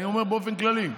אני אומר באופן כללי.